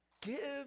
give